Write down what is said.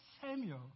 Samuel